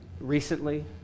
recently